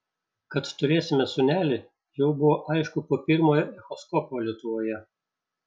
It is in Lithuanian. kad turėsime sūnelį jau buvo aišku po pirmojo echoskopo lietuvoje